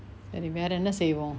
சரி வேர என்ன செய்வோ:sari vera enna seivo